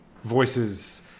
voices